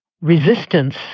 resistance